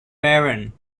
baron